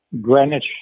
Greenwich